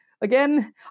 again